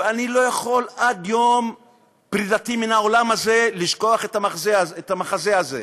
ואני לא יכול עד יום פרידתי מן העולם הזה לשכוח את המחזה הזה: